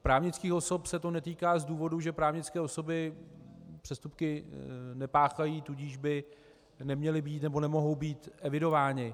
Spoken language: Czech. Právnických osob se to netýká z důvodu, že právnické osoby přestupky nepáchají, tudíž by neměly být nebo nemohou být evidovány.